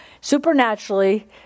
supernaturally